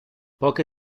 poche